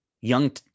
young